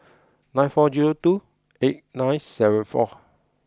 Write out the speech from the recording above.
nine four zero two eight nine seven four